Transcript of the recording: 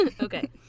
Okay